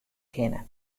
kinne